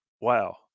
wow